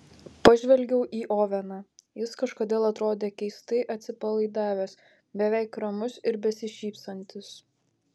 pažvelgiau į oveną jis kažkodėl atrodė keistai atsipalaidavęs beveik ramus ir besišypsantis